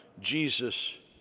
Jesus